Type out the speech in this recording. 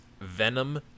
Venom